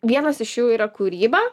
vienas iš jų yra kūryba